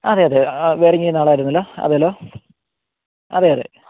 അതെ അതെ വയറിങ് ചെയ്യുന്നയാളാരുന്നല്ലോ അതേലോ അതെ അതെ